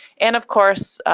and of course,